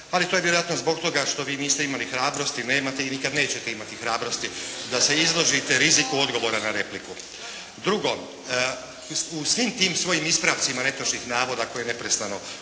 ali to je vjerojatno zbog toga što vi niste imali hrabrosti, nemate i nikad nećete imati hrabrosti da se izložite riziku odgovora na repliku. Drugo, svim tim svojim ispravcima netočnih navoda koje neprestano